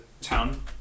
town